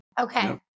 Okay